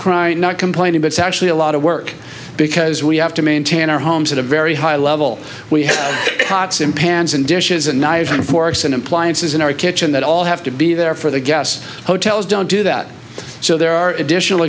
crying not complaining but it's actually a lot of work because we have to maintain our homes at a very high level we have pots and pans and dishes and knives and forks and appliances in our kitchen that all have to be there for the gas hotels don't do that so there are additional